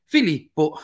Filippo